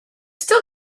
still